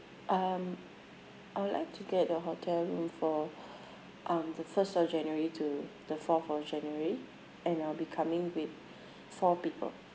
um I would like to get a hotel room for um the first of january to the fourth of january and I'll be coming with four people